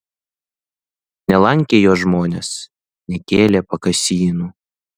nelankė jo žmonės nekėlė pakasynų